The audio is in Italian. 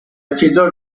affidò